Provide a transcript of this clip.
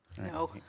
No